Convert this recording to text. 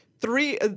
three